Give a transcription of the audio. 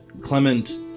Clement